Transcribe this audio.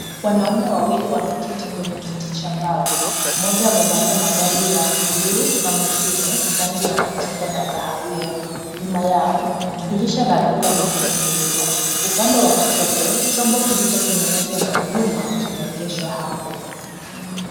Wanaume wawili wamekiti kwenye kiti cha mbao. Mmoja amvalia mavazi ya bulu na mwingine rangi ya machungwa na kahawia. Nyuma yao, dirisha la duka limefungulimwa. Upande wa kushoto, chombo kilicho tenhenezwa na vyuma kimeegeshwa hapo.